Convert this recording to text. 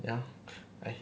ya I